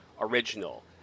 original